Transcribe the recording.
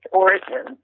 origin